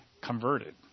converted